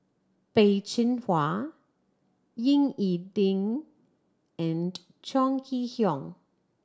Peh Chin Hua Ying E Ding and Chong Kee Hiong